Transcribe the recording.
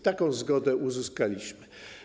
Taką zgodę uzyskaliśmy.